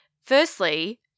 Firstly